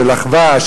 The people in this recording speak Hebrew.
של אחווה,